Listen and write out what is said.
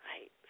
Right